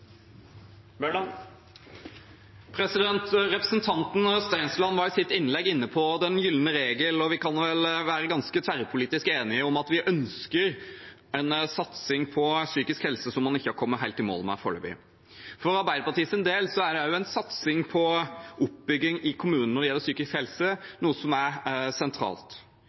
Representanten Stensland var i sitt innlegg inne på den gylne regel. Vi kan vel være ganske tverrpolitisk enige om at vi ønsker en satsing på psykisk helse, som man ikke har kommet helt i mål med foreløpig. For Arbeiderpartiets del er også en satsing på oppbygging i kommunene når det gjelder psykisk helse, noe som er sentralt.